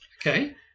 okay